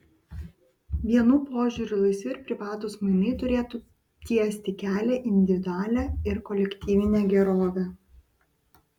vienų požiūriu laisvi ir privatūs mainai turėtų tiesti kelią į individualią ir kolektyvinę gerovę